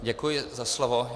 Děkuji za slovo.